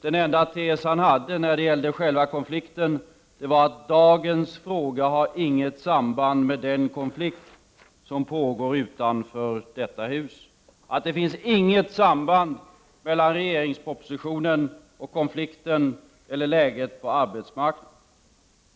Den enda tes han hade när det gällde själva konflikten var att dagens fråga inte har något samband med den konflikt som pågår utanför detta hus, att det inte finns något samband mellan regeringspropositionen och konflikten eller läget på arbetsmarknaden.